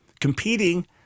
competing